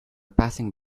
passing